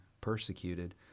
persecuted